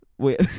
Wait